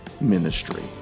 ministry